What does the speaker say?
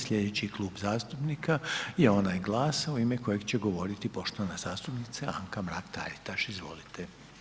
Slijedeći klub zastupnika je onaj GLAS-a u ime kojeg će govoriti poštovana zastupnica Anka Mrak Taritaš, izvolite.